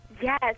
Yes